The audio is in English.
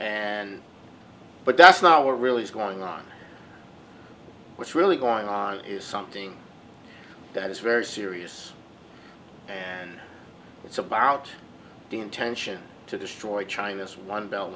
and but that's not what really is going on what's really going on is something that is very serious and it's about the intention to destroy china's one bel